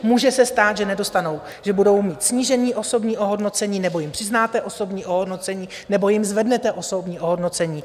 Může se stát, že budou mít snížené osobní ohodnocení, nebo jim přiznáte osobní ohodnocení, nebo jim zvednete osobní ohodnocení.